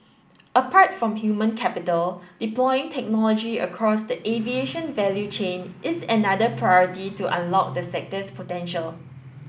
apart from human capital deploying technology across the aviation value chain is another priority to unlock the sector's potential